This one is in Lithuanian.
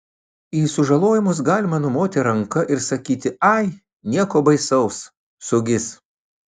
į sužalojimus galima numoti ranka ir sakyti ai nieko baisaus sugis